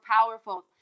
powerful